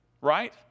right